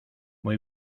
muy